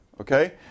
okay